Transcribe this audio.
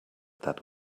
that